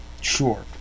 Sure